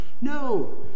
No